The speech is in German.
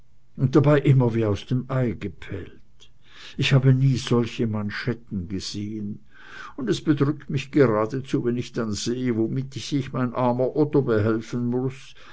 und dabei immer wie aus dem ei gepellt ich habe nie solche manschetten gesehen und es bedrückt mich geradezu wenn ich dann sehe womit sich mein armer otto behelfen muß